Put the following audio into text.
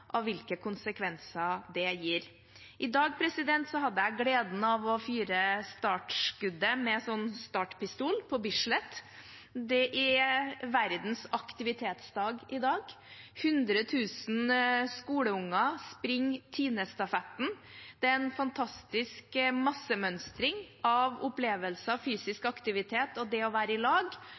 av hvilke konsekvenser det gir. I dag hadde jeg gleden av å fyre startskuddet med en sånn startpistol på Bislett. Det er Verdens aktivitetsdag i dag. 100 000 skoleunger springer TINEstafetten. Det er en fantastisk massemønstring av opplevelser, fysisk aktivitet og det å være